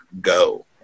go